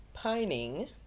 Pining